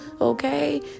Okay